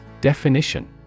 Definition